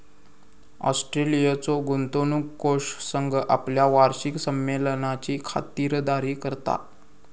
ऑस्ट्रेलियाचो गुंतवणूक कोष संघ आपल्या वार्षिक संमेलनाची खातिरदारी करता